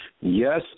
Yes